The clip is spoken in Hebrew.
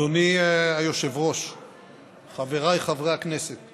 איך אתם נבחרים לכנסת,